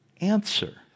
answer